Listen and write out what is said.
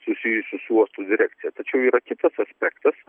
susijusių su uosto direkcija tačiau yra kitas aspektas